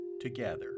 together